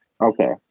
Okay